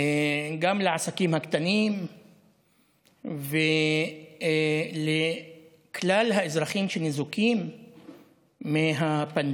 גם לעסקים הקטנים ולכלל האזרחים שניזוקים מהפנדמיה.